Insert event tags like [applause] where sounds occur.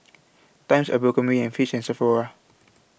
Times Abercrombie and Fitch and Sephora [noise]